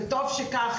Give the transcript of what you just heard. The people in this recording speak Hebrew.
וטוב שכך,